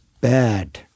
bad